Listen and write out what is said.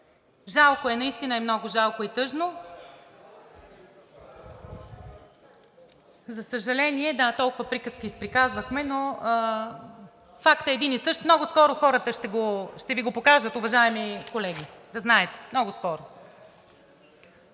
Жалко е, наистина е много жалко и тъжно. За съжаление, да, толкова приказки изприказвахме, но фактът е един и същ. Много скоро хората ще Ви го покажат, уважаеми колеги, да знаете – много скоро!